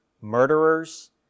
murderers